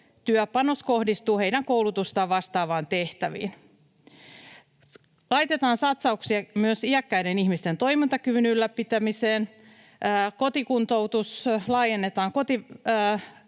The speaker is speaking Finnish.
työpanos kohdistuu heidän koulutustaan vastaaviin tehtäviin. Laitetaan satsauksia myös iäkkäiden ihmisten toimintakyvyn ylläpitämiseen. Kotikuntoutus laajennetaan